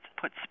put